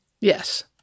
Yes